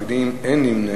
בעד, 2, נגד, 4, אין נמנעים.